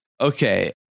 Okay